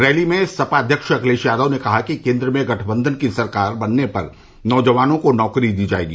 rally में सपा अच्यक्ष अखिलेश यादव ने कहा कि केन्द्र में गठबंधन की सरकार बनने पर नौजवानों को नौकरी दी जायेगी